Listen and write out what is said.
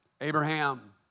Abraham